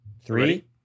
Three